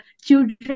children